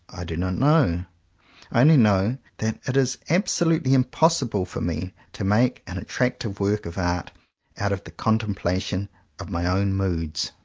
i do not know. i only know that it is absolutely impossible for me to make an attractive work of art out of the contemplation of my own moods.